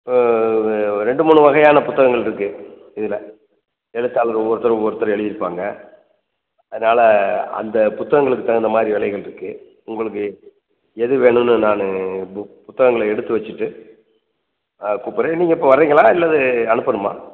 இப்போ இது ரெண்டு மூணு வகையான புத்தகங்களிருக்கு இதில் எழுத்தாளர் ஒவ்வொருத்தரும் ஒவ்வொருத்தர் எழுதிருப்பாங்க அதனால் அந்த புத்தகங்களுக்கு தகுந்தமாதிரி விலைகள்ருக்கு உங்களுக்கு எது வேணும்னு நான் பு புத்தகங்களை எடுத்து வெச்சுட்டு ஆ கூப்பிட்றேன் நீங்கள் இப்போ வரீங்களா இல்லது அனுப்பணுமா